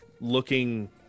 looking